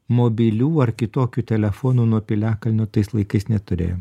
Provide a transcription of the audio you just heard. mobilių ar kitokių telefonų nuo piliakalnio tais laikais neturėjo